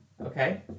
okay